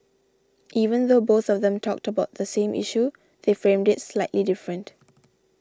even though both of them talked about the same issue they framed it slightly different